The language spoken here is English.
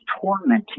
tormenting